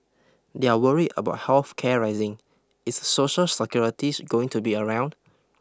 they're worried about health care rising is social securities going to be around